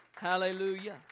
Hallelujah